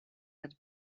had